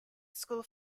school